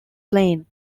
plain